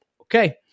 okay